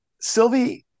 Sylvie